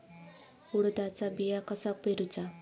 उडदाचा बिया कसा पेरूचा?